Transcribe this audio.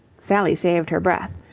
sally saved her breath.